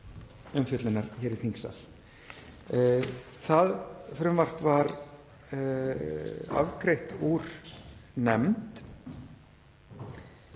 umfjöllunar hér í þingsal. Það frumvarp var afgreitt úr nefnd